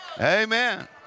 Amen